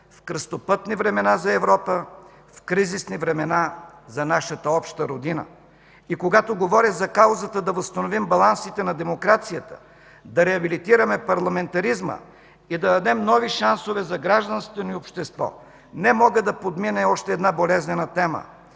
в кръстопътни времена за Европа, в кризисни времена за нашата обща родина. И когато говоря за каузата да възстановим балансите на демокрацията, да реабилитираме парламентаризма и да дадем нови шансове за гражданското ни общество, не мога да подмина и още една болезнена тема